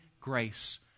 grace